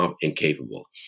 incapable